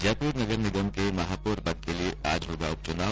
जयपुर नगर निगम के महापौर पद के लिये आज होगा उप चुनाव